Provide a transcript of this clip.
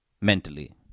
Mentally